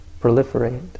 proliferate